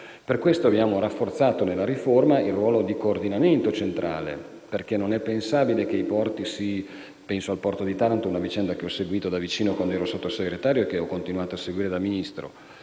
Per questo abbiamo rafforzato nella riforma il ruolo di coordinamento centrale. Penso al porto di Taranto, una vicenda che ho seguito da vicino quando ero Sottosegretario e che ho continuato a seguire da Ministro.